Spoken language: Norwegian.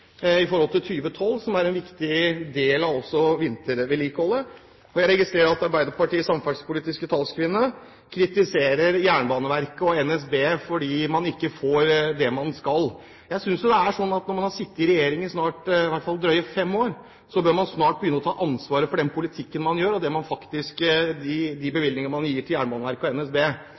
samferdselspolitiske talskvinne kritiserer Jernbaneverket og NSB fordi man ikke får det man skal. Jeg synes at når man har sittet i regjering i drøye fem år, bør man snart begynne å ta ansvaret for den politikken man fører, og de bevilgninger man gir til Jernbaneverket og NSB.